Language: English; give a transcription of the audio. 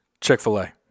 Chick-fil-A